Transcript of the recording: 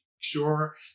sure